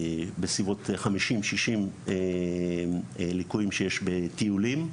בסביבות 50-60 ליקויים שיש בטיולים.